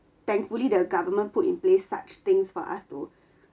thankfully the government put in place such things for us to